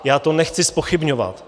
Já to nechci zpochybňovat.